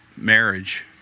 marriage